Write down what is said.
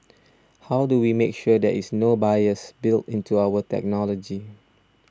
how do we make sure there is no bias built into our technology